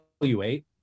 evaluate